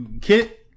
kit